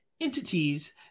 entities